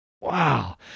Wow